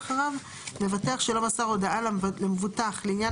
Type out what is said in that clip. (11ו) מבטח שלא מסר הודעה למבוטח לעניין